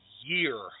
year